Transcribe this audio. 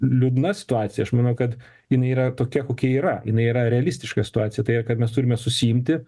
liūdna situacija aš manau kad jinai yra tokia kokia yra jinai yra realistiška situacija tai yra kad mes turime susiimti